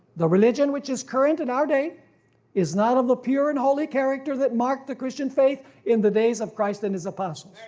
the religion which is current in our day is not of the pure and holy character that marked the christian faith in the days of christ and his apostles.